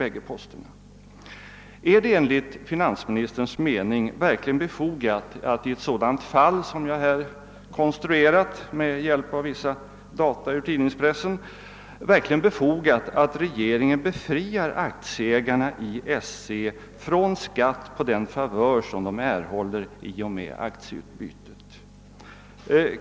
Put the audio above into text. Är det enligt finansministerns mening i ett sådant fall, som jag här konstruerat med hjälp av vissa data ur tidningspressen, verkligen befogat att regeringen befriar aktieägarna i SC från skatt på den favör som de erhåller i och med aktieutbytet?